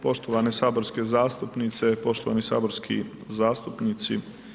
Poštovane saborske zastupnice, poštovani saborski zastupnici.